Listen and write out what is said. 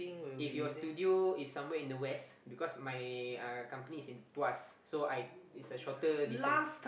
if your studio is somewhere in the west because my uh company is in tuas so I is a shorter distance